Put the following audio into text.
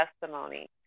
testimony